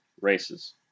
races